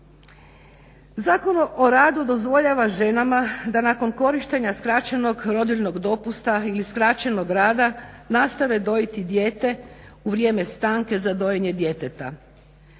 Zakon o radu dozvoljava ženama da nakon korištenja skraćenog rodiljnog dopusta ili skraćenog rada nastave dojiti dijete u vrijeme stanke za dojenje djeteta.